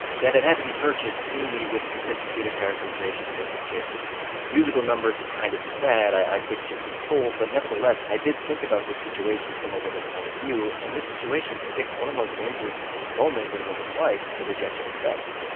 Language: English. that it had to be purchased in me with sophisticated characterization and intricate musical numbers is kind of sad, i couldn't just be told, but nevertheless, i did think about this situation from a woman's point of view, and this situation depicts one of the most dangerous moments in a woman's life the rejection of sex.